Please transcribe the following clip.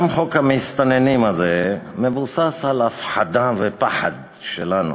גם חוק המסתננים הזה מבוסס על הפחדה ופחד שלנו.